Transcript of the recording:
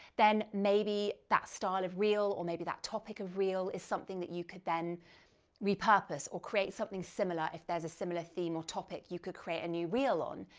then maybe that style of reel or maybe that topic of reel is something that you could then repurpose or create something similar if there's a similar theme or topic you could create a new reel on.